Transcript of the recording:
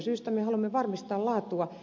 sillä me haluamme varmistaa laatua